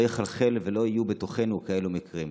זה לא יחלחל אליו ולא יהיו בתוכנו כאלה מקרים.